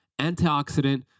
antioxidant